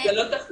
זה לא תחליף.